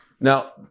Now